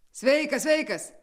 sveikas sveikas